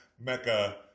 Mecca